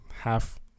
half